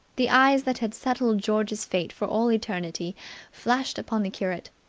the eyes that had settled george's fate for all eternity flashed upon the curate,